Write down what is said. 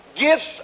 Gifts